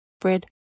bread